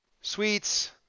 sweets